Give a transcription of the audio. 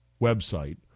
website